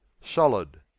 Solid